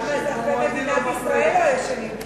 למה אזרחי מדינת ישראל לא ישנים טוב?